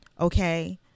okay